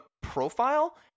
profile